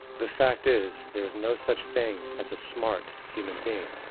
the fact is, there is no such thing as a smart human being,